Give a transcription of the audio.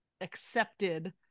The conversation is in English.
accepted